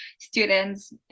students